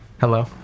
Hello